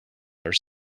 are